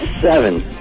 Seven